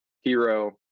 hero